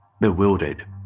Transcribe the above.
Bewildered